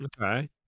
Okay